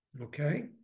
Okay